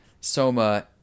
soma